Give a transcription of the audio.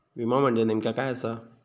विमा म्हणजे नेमक्या काय आसा?